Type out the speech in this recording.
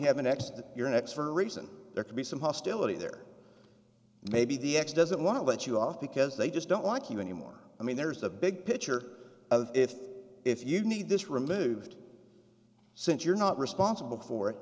that you're next for a reason there could be some hostility there maybe the ex doesn't want to let you off because they just don't like you anymore i mean there's a big picture of if if you need this removed since you're not responsible for it